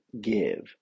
give